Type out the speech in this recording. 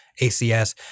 ACS